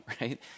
right